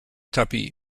tuppy